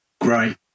great